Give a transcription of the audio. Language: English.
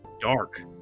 dark